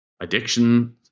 addiction